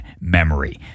memory